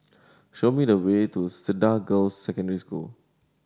show me the way to Cedar Girls' Secondary School